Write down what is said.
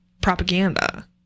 propaganda